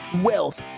wealth